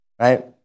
right